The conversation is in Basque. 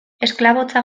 esklabotza